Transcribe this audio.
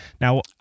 Now